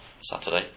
Saturday